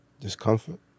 discomfort